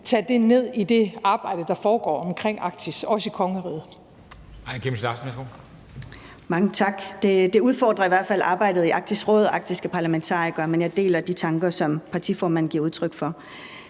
tage det ned i det arbejde, der foregår omkring Arktis, også i kongeriget.